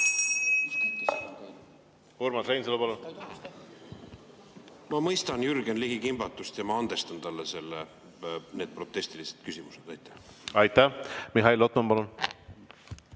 Ma mõistan Jürgen Ligi kimbatust ja ma andestan talle need protestilised küsimused. Aitäh! Mihhail Lotman, palun!